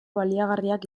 baliagarriak